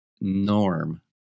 norm